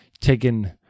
taken